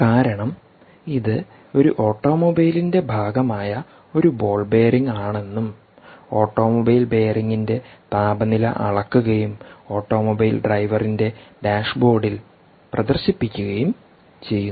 കാരണം ഇത് ഒരു ഓട്ടോമൊബൈലിന്റെ ഭാഗമായ ഒരു ബോൾ ബെയറിംഗ് ആണെന്നും ഓട്ടോമൊബൈൽ ബെയറിംഗിന്റെ താപനില അളക്കുകയും ഓട്ടോമൊബൈൽ ഡ്രൈവറിന്റെ ഡാഷ്ബോർഡിൽ പ്രദർശിപ്പിക്കുകയും ചെയ്യുന്നു